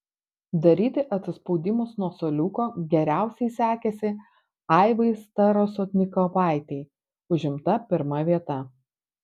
daryti atsispaudimus nuo suoliuko geriausiai sekėsi aivai starasotnikovaitei užimta pirma vieta